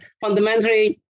fundamentally